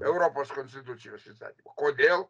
europos konstitucijos įstatyme kodėl